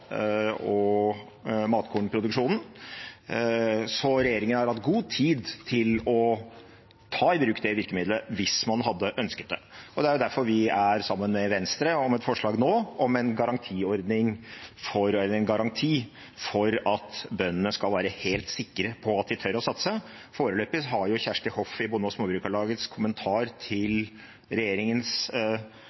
og matkornproduksjonen, så regjeringen har hatt god tid til å ta i bruk det virkemiddelet hvis man hadde ønsket det. Det er derfor vi er sammen med Venstre om et forslag om en garanti for at bøndene skal være helt sikre på at de tør å satse. Foreløpig har Kjersti Hoff i Norsk Bonde- og Småbrukarlags kommentar til regjeringens